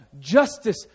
justice